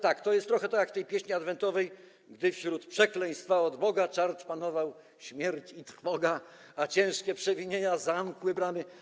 Tak, to jest trochę tak jak w tej pieśni adwentowej: „Gdy wśród przekleństwa od Boga/ czart panował, śmierć i trwoga, /A ciężkie przewinienia/ zamkły bramy.